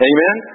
Amen